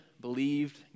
believed